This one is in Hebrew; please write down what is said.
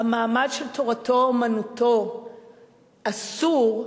המעמד של תורתו-אומנותו אסור,